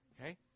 Okay